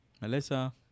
Melissa